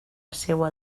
seua